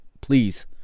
Please